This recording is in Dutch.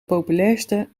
populairste